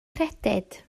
credyd